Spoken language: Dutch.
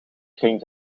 kring